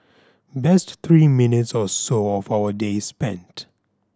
best three minutes or so of our day spent